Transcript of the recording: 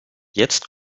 jetzt